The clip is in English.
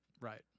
Right